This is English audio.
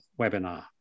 webinar